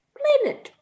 planet